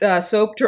Soap